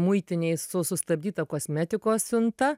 muitinėj su sustabdyta kosmetikos siunta